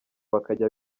bakajya